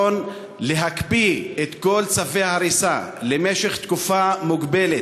להקפיא את כל צווי ההריסה למשך תקופה מוגבלת,